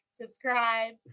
Subscribe